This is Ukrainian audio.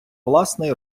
власний